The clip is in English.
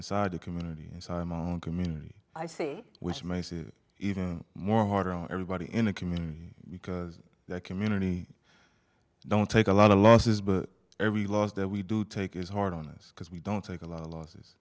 inside a community and community i see which makes it even more harder on everybody in a community because that community don't take a lot of losses but every loss that we do take is hard on us because we don't take a lot of losses